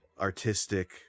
artistic